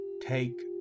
Take